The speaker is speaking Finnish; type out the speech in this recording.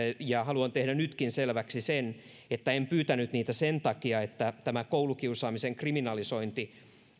ja haluan tehdä nytkin selväksi sen että en pyytänyt niitä sen takia että tämä koulukiusaamisen kriminalisointi